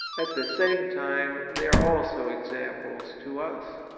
at the same time they are also examples to us.